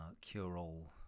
cure-all